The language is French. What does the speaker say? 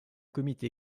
comité